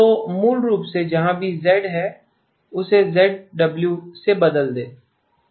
तो मूल रूप से जहाँ भी z है उसे zW से बदल दें